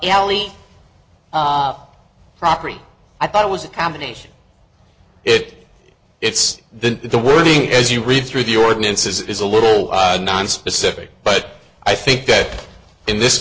alley property i thought it was a combination it it's then the wording as you read through the ordinances is a little nonspecific but i think that in this